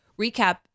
recap